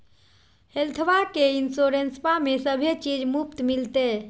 हेल्थबा के इंसोरेंसबा में सभे चीज मुफ्त मिलते?